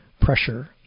pressure